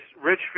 rich